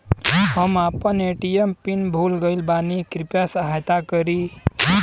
हम आपन ATM pin भूल गईल बानी कृपया सहायता करी